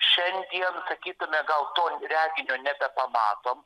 šiandien sakytume gal to reginio nebepamatom